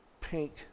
pink